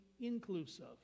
inclusive